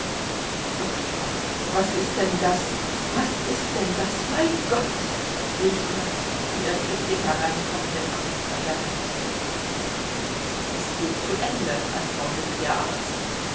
doktor was ist denn das was ist denn das mein gott rief er und ergriff den hereinkommenden arzt bei der hand es geht zu ende antwortete der arzt